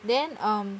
then um